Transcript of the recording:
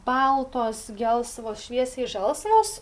baltos gelsvos šviesiai žalsvos